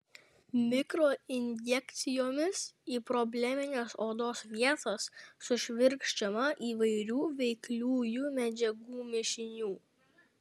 mikroinjekcijomis į problemines odos vietas sušvirkščiama įvairių veikliųjų medžiagų mišinių